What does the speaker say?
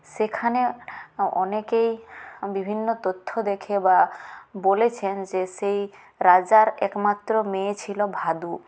সেখানে অনেকেই বিভিন্ন তথ্য দেখে বা বলেছেন যে সেই রাজার একমাত্র মেয়ে ছিল ভাদু